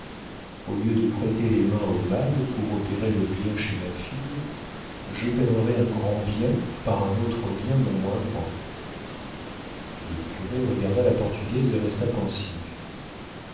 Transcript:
au lieu de prêter les mains au mal pour opérer le bien chez ma fille j'opérerais un grand bien par un autre bien non moins grand le curé regarda la portugaise et resta pensif